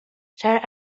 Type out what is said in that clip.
should